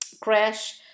crash